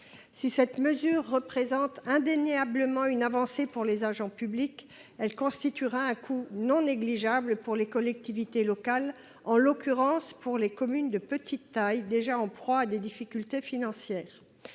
Si cette mesure représente indéniablement une avancée pour les agents publics, elle constituera un coût non négligeable pour les collectivités locales, en particulier pour les communes de petite taille, déjà en proie à des difficultés financières.